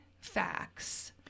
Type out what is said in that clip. facts